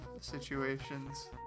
situations